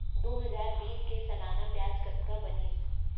दू हजार बीस के सालाना ब्याज कतना बनिस?